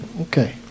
Okay